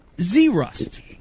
Z-Rust